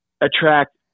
attract